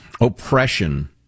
oppression